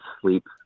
sleep